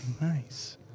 Nice